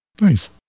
Nice